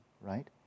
right